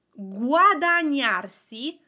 guadagnarsi